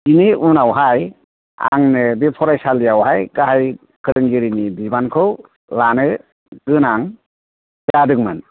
बिनि उनाव हाय आंनो बे फरायसालियाव हाय गाहाय फोरोंगिरिनि बिबानखौ लानो गोनां जादोंमोन